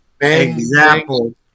example